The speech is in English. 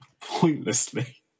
pointlessly